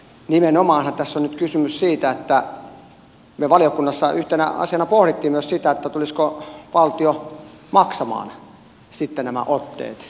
nimenomaanhan tässä on nyt kysymys siitä että me valiokunnassa yhtenä asiana pohdimme myös sitä tulisiko valtio maksamaan sitten nämä otteet